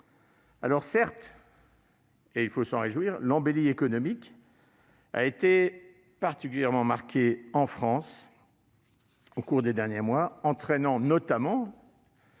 %. Certes- il faut s'en réjouir -, l'embellie économique a été particulièrement marquée en France au cours des derniers mois, entraînant un